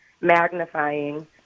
magnifying